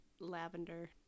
lavender